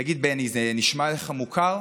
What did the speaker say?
תגיד, בני, זה נשמע לך מוכר?